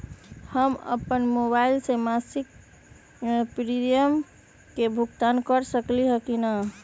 हम अपन मोबाइल से मासिक प्रीमियम के भुगतान कर सकली ह की न?